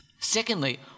secondly